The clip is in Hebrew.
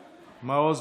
בבקשה.